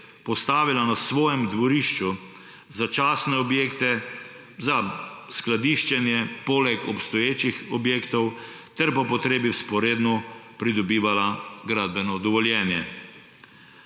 postavila na svojem dvorišču začasne objekte za skladiščenje poleg obstoječih objektov ter po potrebi vzporedno pridobivala gradbeno dovoljenje.